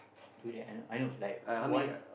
durian I I know like one